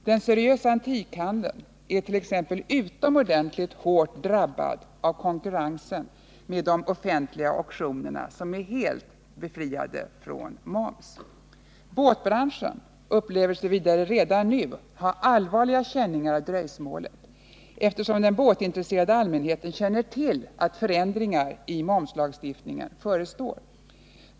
Den seriösa antikhandeln är t.ex. utomordentligt hårt drabbad av konkurrensen med de offentliga auktionerna, som är helt befriade från moms. Båtbranschen upplever sig redan nu ha allvarliga känningar av dröjsmålet, eftersom den båtintresserade allmänheten känner till att förändringar i momslagstiftningen förestår.